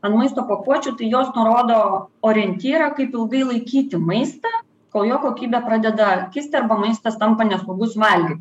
ant maisto pakuočių tai jos nurodo orientyrą kaip ilgai laikyti maistą kol jo kokybė pradeda kisti arba maistas tampa nesaugus valgyti